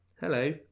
Hello